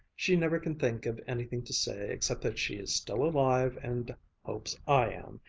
she never can think of anything to say except that she is still alive and hopes i am,